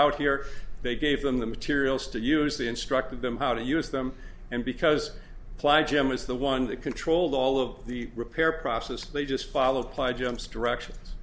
out here they gave them the materials to use the instructed them how to use them and because ply gem is the one that controlled all of the repair process they just followed by jumps directions